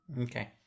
Okay